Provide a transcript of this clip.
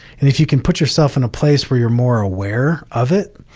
and if you can put yourself in a place where you're more aware of it,